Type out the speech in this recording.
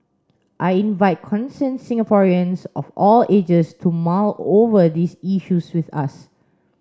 I invite concerned Singaporeans of all ages to mull over these issues with us